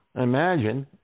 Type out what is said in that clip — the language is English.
imagine